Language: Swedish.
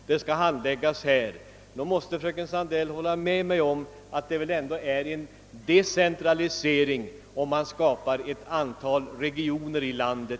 Skall ett sådant ärende handläggas här? Fröken Sandell måste väl medge att det ändå är en decentralisering om man skapar ett antal regioner i landet.